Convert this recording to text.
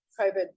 COVID